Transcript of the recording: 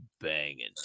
banging